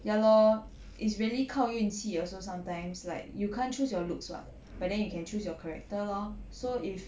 ya lor it's really 靠运气 also sometimes like you can't choose your looks [what] but then you can choose your character lor so if